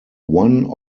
one